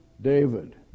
David